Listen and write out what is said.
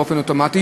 באופן אוטומטי